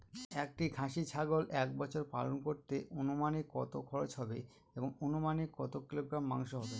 একটি খাসি ছাগল এক বছর পালন করতে অনুমানিক কত খরচ হবে এবং অনুমানিক কত কিলোগ্রাম মাংস হবে?